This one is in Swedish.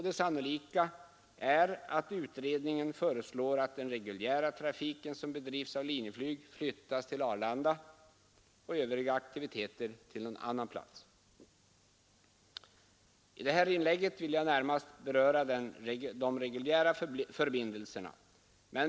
Det sannolika är att utredningen föreslår att den reguljära trafik som bedrivs av Linjeflyg flyttas till Arlanda och övriga aktiviteter till någon annan plats. I det här inlägget skall jag närmast beröra de reguljära flygförbindelserna.